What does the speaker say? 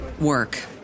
work